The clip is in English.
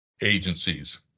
Agencies